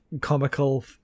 comical